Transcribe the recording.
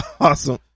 awesome